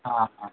હા હા